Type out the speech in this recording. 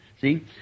See